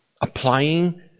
Applying